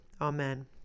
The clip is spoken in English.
Amen